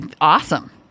Awesome